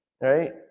Right